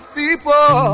people